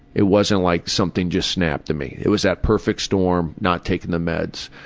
it wasn't like something just snapped in me. it was that perfect storm, not taking the meds.